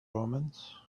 omens